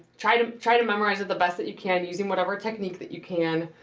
try to try to memorize it the best that you can using whatever technique that you can.